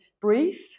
brief